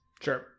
Sure